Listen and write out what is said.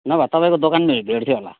नभए तपाईँको दोकानमा भेट्थ्यो होला